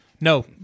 No